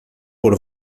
por